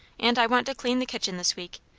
and i want to clean the kitchen this week.